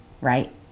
right